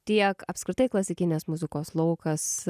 tiek apskritai klasikinės muzikos laukas